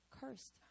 cursed